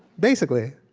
basically,